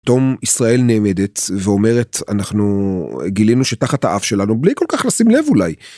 תום ישראל נעמדת ואומרת אנחנו גילינו שתחת האף שלנו בלי כל כך לשים לב אולי.